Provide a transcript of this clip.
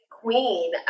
queen